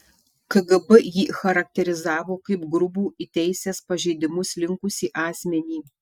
kgb jį charakterizavo kaip grubų į teisės pažeidimus linkusį asmenį